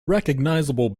recognizable